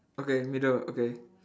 okay middle okay